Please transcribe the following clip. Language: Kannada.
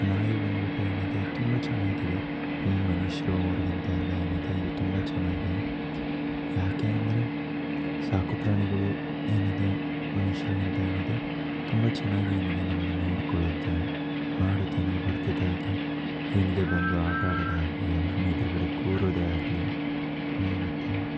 ಆ ನಾಯಿ ಬಂದ್ಬಿಟ್ಟು ಏನಿದೆ ತುಂಬ ಚೆನ್ನಾಗಿದೆ ಈ ಮನುಷ್ಯರು ಅವ್ರಿಗಿಂತ ಎಲ್ಲ ಏನಿದೆ ಇದು ತುಂಬ ಚೆನ್ನಾಗೇ ಯಾಕೆ ಅಂದರೆ ಸಾಕುಪ್ರಾಣಿಗಳು ಏನಿದೆ ಮನುಷ್ಯರಿಗಿಂತ ಏನಿದೆ ತುಂಬ ಚೆನ್ನಾಗಿ ಏನಿದೆ ನಮ್ಮನ್ನ ನೋಡಿಕೊಳ್ಳುತ್ತೆ ಮಾಡುತ್ತೆ ನಾವು ಬರ್ತಿದ್ದ ಹಾಗೆ ಏನಿದೆ ಬಂದು ಆಟ ಆಡೋದೇ ಆಗಲಿ ಅದು ನಮ್ಮ ಎದುರುಗಡೆ ಕೂರೋದೇ ಆಗಲಿ ಮಾಡುತ್ತೆ